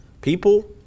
People